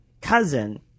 cousin